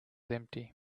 empty